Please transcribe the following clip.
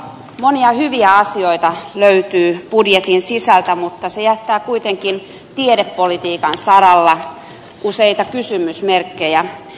monia hyviä asioita löytyy budjetin sisältä mutta se jättää kuitenkin tiedepolitiikan saralla useita kysymysmerkkejä